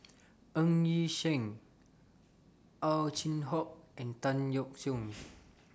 Ng Yi Sheng Ow Chin Hock and Tan Yeok Seong